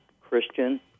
Christian